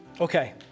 Okay